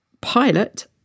pilot